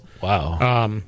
Wow